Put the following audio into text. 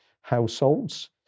households